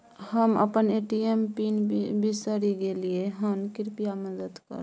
हम अपन ATM pin बिसरि गलियै हन, कृपया मदद करु